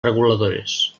reguladores